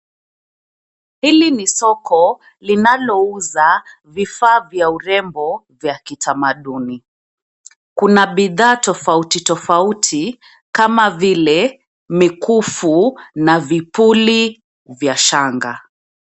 Hili ni soko linalouza vifaa vya urembo vya kitamaduni. Kuna bidhaa tofauti tofauti kama vile mikufu na vipuli vya shanga.